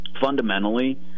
Fundamentally